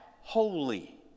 holy